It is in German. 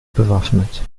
bewaffnet